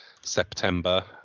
September